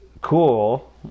cool